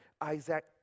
Isaac